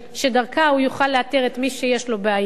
שדרכה הוא יוכל לאתר את מי שיש לו בעיה.